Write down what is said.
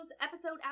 episode